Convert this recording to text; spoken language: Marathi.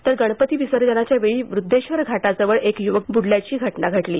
तर गणपती विसर्जनाच्यावेळी व्रद्वेश्वर घाटाजवळ एक युवक ब्र्डाल्याची घटना घडली